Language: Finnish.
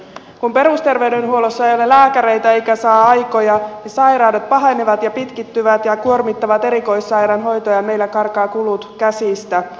kun perusterveydenhuollossa ei ole lääkäreitä eikä saa aikoja niin sairaudet pahenevat ja pitkittyvät ja kuormittavat erikoissairaanhoitoa ja meillä karkaavat kulut käsistä